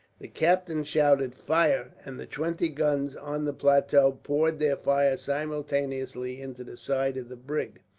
the captain shouted fire! and the twenty guns on the plateau poured their fire simultaneously into the side of the brig.